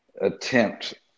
attempt